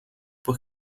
por